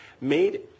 made